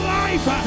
life